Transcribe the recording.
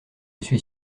suis